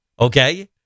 okay